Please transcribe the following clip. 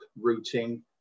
routing